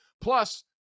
Plus